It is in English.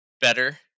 better